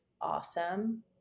awesome